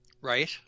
Right